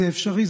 זה אפשרי.